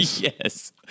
Yes